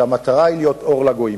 שהמטרה היא להיות אור לגויים.